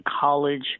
college